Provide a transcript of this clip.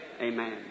amen